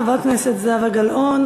חברת הכנסת זהבה גלאון.